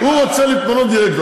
הוא רוצה להתמנות לדירקטור.